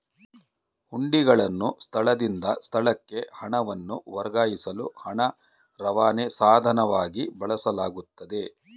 ಹುಂಡಿಗಳನ್ನು ಸ್ಥಳದಿಂದ ಸ್ಥಳಕ್ಕೆ ಹಣವನ್ನು ವರ್ಗಾಯಿಸಲು ಹಣ ರವಾನೆ ಸಾಧನವಾಗಿ ಬಳಸಲಾಗುತ್ತೆ